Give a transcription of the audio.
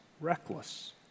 reckless